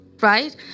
right